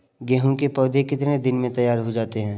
गेहूँ के पौधे कितने दिन में तैयार हो जाते हैं?